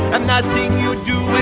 i'm not saying you do.